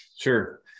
Sure